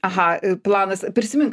aha planas prisimink